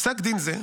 פסק דין זה,